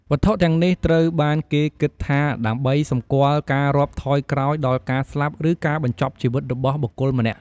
វត្ថុទាំងនេះត្រូវបានគេគិតថាដើម្បីសម្គាល់ការរាប់ថយក្រោយដល់ការស្លាប់ឬការបញ្ចប់ជីវិតរបស់បុគ្គលម្នាក់។